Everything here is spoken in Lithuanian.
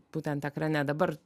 būtent ekrane dabar